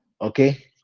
Okay